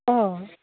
অঁ